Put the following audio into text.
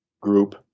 group